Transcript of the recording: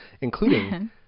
including